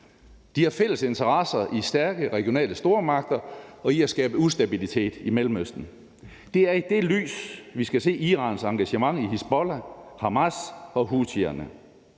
De har fælles interesser i stærke regionale stormagter og i at skabe ustabilitet i Mellemøsten. Det er i det lys, vi skal se Irans engagement i Hizbollah, Hamas og houthierne.